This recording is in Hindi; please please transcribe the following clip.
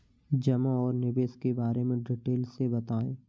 जमा और निवेश के बारे में डिटेल से बताएँ?